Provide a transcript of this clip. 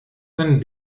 dann